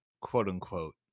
quote-unquote